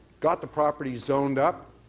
got the property zoned up,